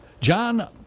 John